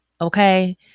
Okay